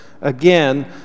again